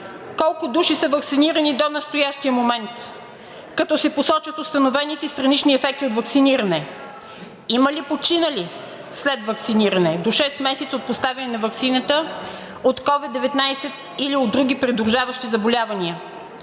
колко души са ваксинирани до настоящия момент, като се посочат установените странични ефекти от ваксиниране, има ли починали след ваксиниране – до шест месеца от поставяне на ваксината – от COVID-19 или от други придружаващи заболявания.